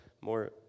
More